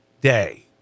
day